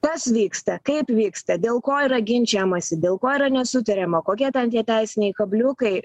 kas vyksta kaip vyksta dėl ko yra ginčijamasi dėl ko yra nesutariama kokie ten tie teisiniai kabliukai